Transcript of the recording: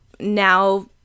Now